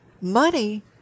Money